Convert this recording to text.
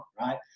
right